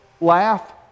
laugh